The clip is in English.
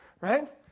right